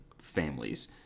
families